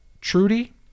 Trudy